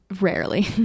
rarely